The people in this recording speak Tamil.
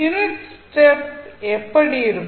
யூனிட் ஸ்டெப் எப்படி இருக்கும்